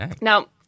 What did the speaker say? Now